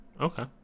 Okay